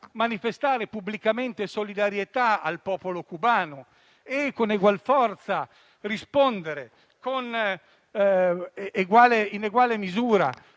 manifestare pubblicamente solidarietà al popolo cubano e, con egual forza e in egual misura,